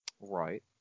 Right